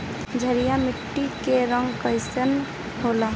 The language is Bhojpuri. क्षारीय मीट्टी क रंग कइसन होला?